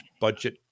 budget